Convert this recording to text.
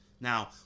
Now